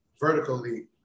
vertically